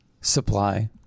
supply